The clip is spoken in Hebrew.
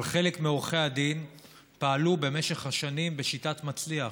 אבל חלק מעורכי הדין פעלו במשך השנים בשיטת מצליח: